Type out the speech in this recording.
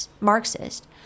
Marxist